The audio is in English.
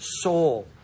soul